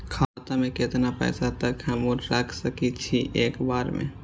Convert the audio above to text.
खाता में केतना पैसा तक हमू रख सकी छी एक बेर में?